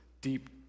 deep